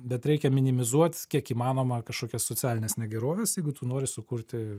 bet reikia minimizuot kiek įmanoma kažkokias socialines negeroves jeigu tu nori sukurti